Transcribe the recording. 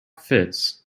fits